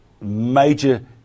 major